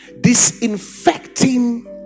Disinfecting